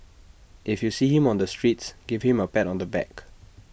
if you see him on the streets give him A pat on the back